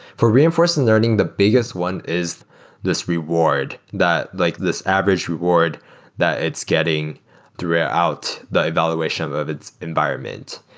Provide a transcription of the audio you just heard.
for reinforcement learning, the biggest one is this reward, that like this average reward that it's getting throughout the evaluation of of its environment.